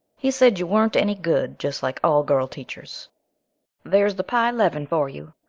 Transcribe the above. he said you weren't any good, just like all girl teachers there's the pye leaven for you.